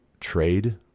trade